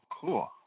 cool